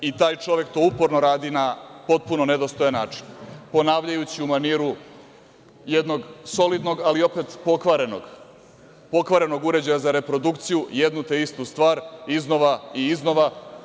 I taj čovek to uporno radi na potpuno nedostojan način, ponavljajući u maniru jednog solidnog, ali opet pokvarenog uređaja za reprodukciju jedno te istu stvar, iznova i iznova.